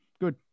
good